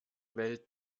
welt